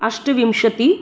अष्टाविंशतिः